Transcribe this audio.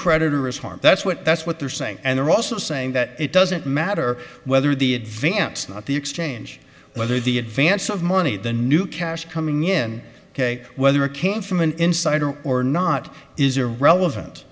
creditor is harmed that's what that's what they're saying and they're also saying that it doesn't matter whether the advance not the exchange whether the advance of money the new cash coming in ok whether it came from an insider or not is irrelevant